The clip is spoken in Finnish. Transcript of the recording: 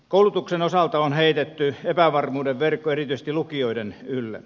koulutuksen osalta on heitetty epävarmuuden verkko erityisesti lukioiden ylle